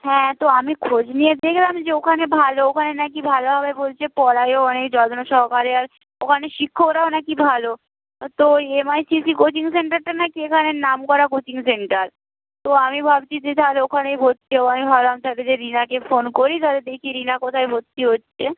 হ্যাঁ তো আমি খোঁজ নিয়ে দেখলাম যে ওখানে ভালো ওখানে নাকি ভালোভাবে বলছে পড়ায়ও অনেক যত্ন সহকারে আর ওখানে শিক্ষকরাও নাকি ভালো তো ওই M I C C coaching সেন্টারটা নাকি এখানে নামকরা কোচিং সেন্টার তো আমি ভাবছি যে তাহলে ওখানেই ভর্তি হব আমি ভাবলাম তাহলে যে রিনাকে ফোন করি তাহলে দেখি রিনা কোথায় ভর্তি হচ্ছে